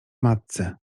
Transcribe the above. matce